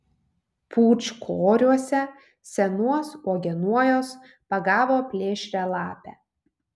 pūčkoriuose senuos uogienojuos pagavo plėšrią lapę